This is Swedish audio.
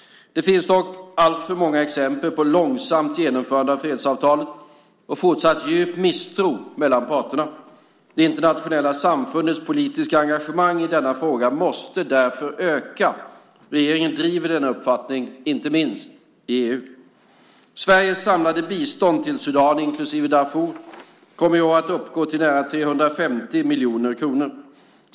Det finns dock alltför många exempel på långsamt genomförande av fredsavtalet och fortsatt djup misstro mellan parterna. Det internationella samfundets politiska engagemang i denna fråga måste därför öka. Regeringen driver denna uppfattning, inte minst i EU. Sveriges samlade bistånd till Sudan, inklusive Darfur, kommer i år att uppgå till nära 350 miljoner kronor.